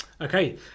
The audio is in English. Okay